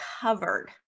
covered